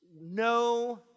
no